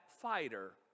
fighter